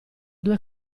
due